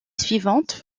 suivante